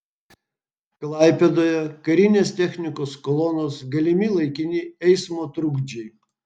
klaipėdoje karinės technikos kolonos galimi laikini eismo trukdžiai